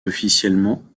officiellement